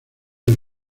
del